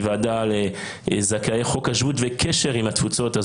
ועדה לזכאי חוק השבות וקשר עם התפוצות,